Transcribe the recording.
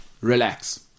Relax